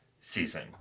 season